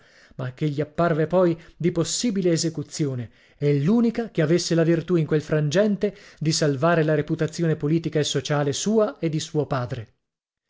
ma che gli apparve poi di possibile esecuzione e l'unica che avesse la virtù in quel frangente di salvare la reputazione politica e sociale sua e